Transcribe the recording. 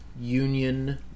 union